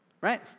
right